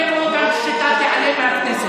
אני אהיה פה גם כשאתה תיעלם מהכנסת,